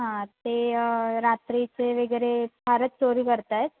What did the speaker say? हां ते रात्रीचे वगैरे फारच चोरी करत आहेत